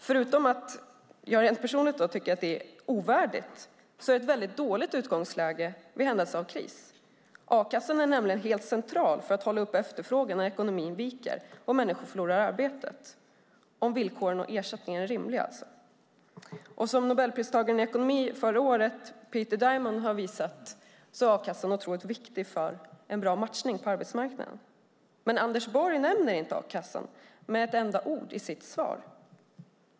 Förutom att jag personligen tycker att det är ovärdigt är det ett väldigt dåligt utgångsläge i händelse av kris. A-kassan är nämligen helt central för att hålla uppe efterfrågan när ekonomin viker och människor förlorar arbetet, om villkoren och ersättningarna är rimliga alltså. Som nobelpristagaren i ekonomi förra året, Peter Diamond, har visat är a-kassan otroligt viktig för en bra matchning på arbetsmarknaden. Men Anders Borg nämner inte a-kassan med ett enda ord i sitt svar.